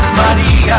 body